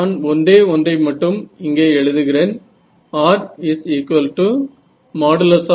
நான் ஒன்றே ஒன்றை மட்டும் இங்கே எழுதுகிறேன் r|r|